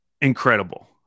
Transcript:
incredible